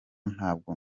ntabwo